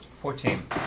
Fourteen